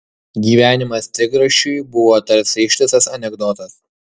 gyvenimas trigrašiui buvo tarsi ištisas anekdotas